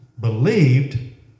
believed